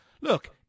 Look